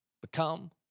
become